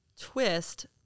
twist